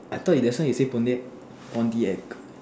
I thought you say Pound Pon D X